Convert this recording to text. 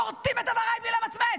כורתים את אבריי בלי למצמץ,